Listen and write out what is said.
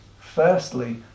Firstly